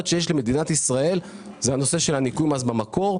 שיש למדינת ישראל זה הנושא של הניכוי מס במקור.